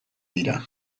dira